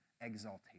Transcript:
exaltation